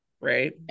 Right